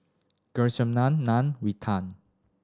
Naan Naan Raitan